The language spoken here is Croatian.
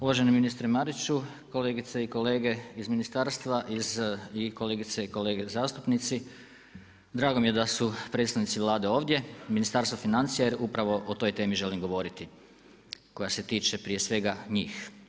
Uvaženi ministre Mariću, kolegice i kolege iz ministarstva i kolegice i kolege zastupnici drago mi je da su predstavnici Vlade ovdje, Ministarstva financija jer upravo o toj temi želim govoriti koja se tiče prije svega njih.